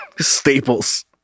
staples